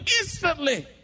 instantly